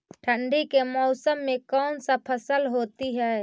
ठंडी के मौसम में कौन सा फसल होती है?